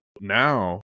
now